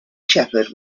shepherd